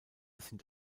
sind